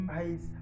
eyes